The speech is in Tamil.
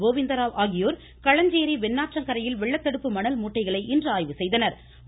கோவிந்தராவ் ஆகியோர் களஞ்சேரி வெண்ணாற்றங்கரையில் வெள்ளத்தடுப்பு மணல் மூட்டைகளை இன்று ஆய்வு செய்தனா்